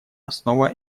основа